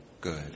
good